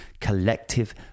collective